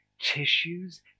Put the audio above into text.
tissues